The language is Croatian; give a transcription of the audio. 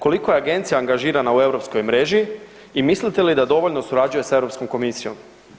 Koliko je Agencija angažirana u europskoj mreži i mislite li da dovoljno surađuje sa Europskom komisijom?